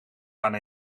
gaan